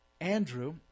Andrew